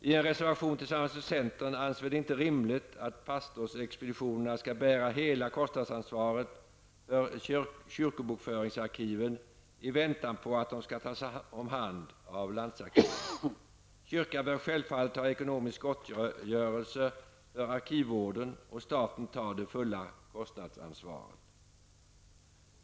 I en reservation tillsammans med centern anser vi det inte rimligt att pastorsexpeditionerna skall bära hela kostnadsansvaret för kyrkobokföringsarkiven i väntan på att de skall tas om hand av landsarkiven. Kyrkan bör självfallet ha ekonomisk gottgörelse för arkivvården och staten ta det fulla kostnadsansvaret.